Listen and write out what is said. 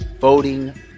voting